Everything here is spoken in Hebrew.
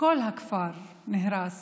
כל הכפר נהרס